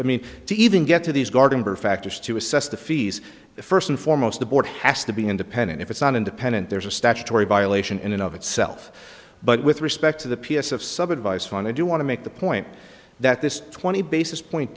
i mean to even get to these gardens are factors to assess the fees the first and foremost the board has to be independent if it's not independent there's a statutory violation in and of itself but with respect to the p s of some advice fund i do want to make the point that this twenty basis point